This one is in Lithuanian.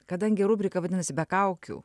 kadangi rubrika vadinasi be kaukių